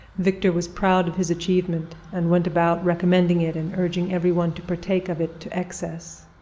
victor was proud of his achievement, and went about recommending it and urging every one to partake of it to excess.